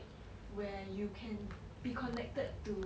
where you can be connected to